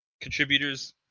contributors